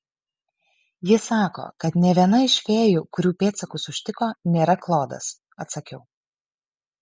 ji sako kad nė viena iš fėjų kurių pėdsakus užtiko nėra klodas atsakiau